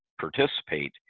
participate